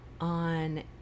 on